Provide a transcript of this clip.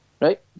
right